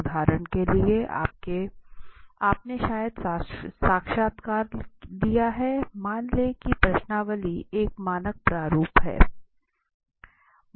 उदाहरण के लिए आपने शायद साक्षात्कार लिए हैं मान लें कि प्रश्नावली एक मानक प्रारूप है